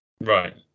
Right